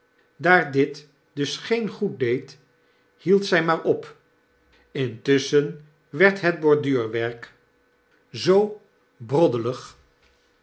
daar dit dus geen goed deed hield zg maar op intusschen werd het borduurwerk zoobrodmopes